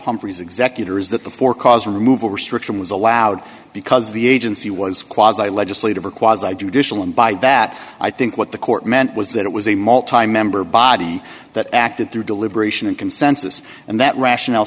humphrey's executor is that the for cause removal restriction was allowed because the agency was quasi legislative required by judicial and by that i think what the court meant was that it was a mall time member body that acted through deliberation and consensus and that rationale